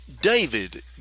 David